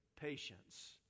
patience